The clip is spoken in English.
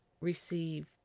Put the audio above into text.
receive